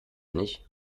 nicht